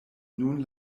nun